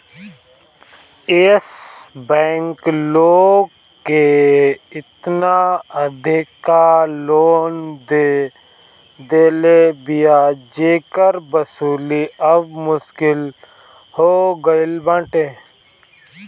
एश bank लोग के एतना अधिका लोन दे देले बिया जेकर वसूली अब मुश्किल हो गईल बाटे